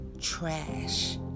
trash